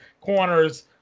corners